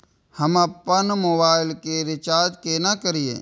हम आपन मोबाइल के रिचार्ज केना करिए?